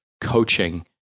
coaching